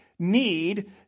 need